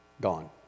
gone